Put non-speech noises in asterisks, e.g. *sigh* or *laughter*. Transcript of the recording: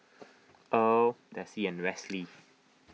*noise* Earl Desi and Westley